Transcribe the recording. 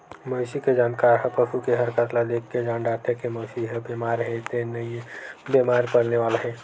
मवेशी के जानकार ह पसू के हरकत ल देखके जान डारथे के मवेशी ह बेमार हे नइते बेमार परने वाला हे